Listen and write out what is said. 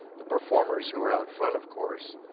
the performers who are out front, of course,